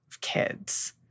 Kids